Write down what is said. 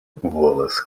wallace